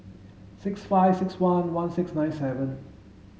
six five six one one six nine seven